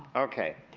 okay.